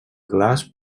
glaç